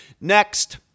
Next